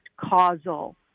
causal